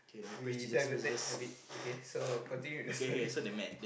we diverted a bit okay so continue the story